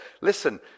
listen